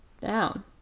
down